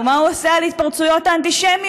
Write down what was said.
מה הוא עושה לגבי התפרצויות האנטישמיות